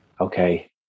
okay